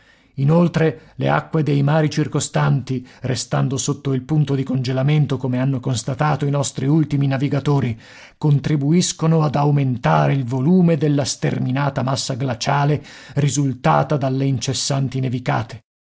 inoltre le acque dei mari circostanti restando sotto il punto di congelamento come hanno constatato i nostri ultimi navigatori contribuiscono ad aumentare il volume della sterminata massa glaciale risultata dalle incessanti nevicate